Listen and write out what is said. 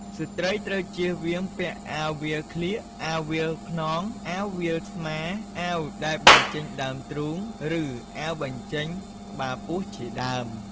ស្រី្តត្រូវជៀសវាងពាក់ អាវវាលក្លៀក អាវវាលខ្នង អាវវាលស្មា អាវដែលបញ្ចេញដើមទ្រូង ឬ អាវបញ្ចេញក្បាលពោះ ជាដើម។